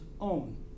own